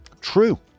True